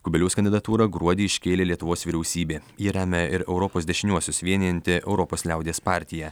kubiliaus kandidatūrą gruodį iškėlė lietuvos vyriausybė ją remia ir europos dešiniuosius vienijanti europos liaudies partija